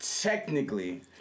technically